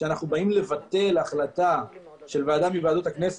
כשאנו באים לבטל החלטה של ועדה מוועדות הכנסת